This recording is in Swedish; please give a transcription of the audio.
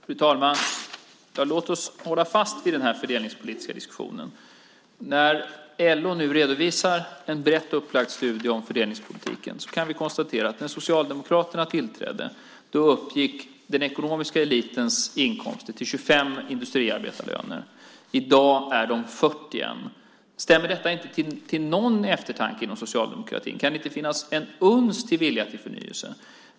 Fru talman! Låt oss hålla fast vid denna fördelningspolitiska diskussion! När LO nu redovisar en brett upplagd studie om fördelningspolitiken kan vi konstatera att den ekonomiska elitens inkomster när Socialdemokraterna tillträdde uppgick till 25 industriarbetarlöner. I dag är siffran 41. Stämmer detta inte till någon eftertanke inom socialdemokratin? Kan det inte finnas ett uns av vilja till förnyelse?